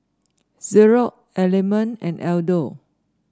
Xorex Element and Aldo